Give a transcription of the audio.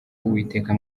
uwiteka